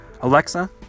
Alexa